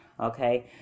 okay